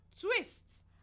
twists